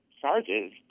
charges